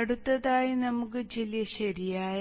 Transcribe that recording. അടുത്തതായി നമുക്ക് ചില ശരിയായ